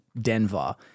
Denver